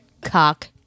cock